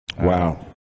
Wow